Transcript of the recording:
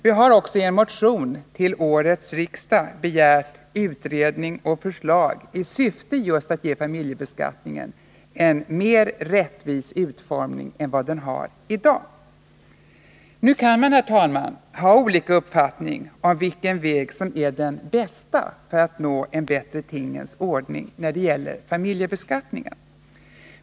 Vi har också i en motion till årets riksmöte begärt utredning och förslag i syfte att ge familjebeskattningen en mer rättvis utformning än vad den har i dag. Nu kan man, herr talman, ha olika uppfattningar om vilken väg som är den bästa för att nå en bättre tingens ordning när det gäller familjebeskattningen.